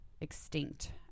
extinct